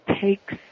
takes